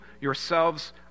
yourselves